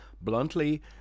bluntly